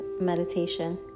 meditation